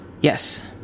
yes